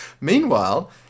Meanwhile